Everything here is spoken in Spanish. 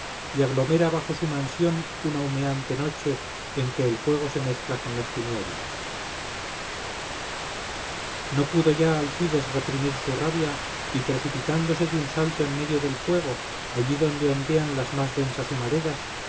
vista y aglomera bajo su mansión una humeante noche en que el fuego se mezcla con las tinieblas no pudo ya alcides reprimir su rabia y precipitándose de un salto en medio del fuego allí donde ondean las más densas humaredas